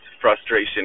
frustration